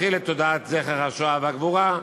להנחיל את תודעת זכר השואה והגבורה,